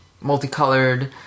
multicolored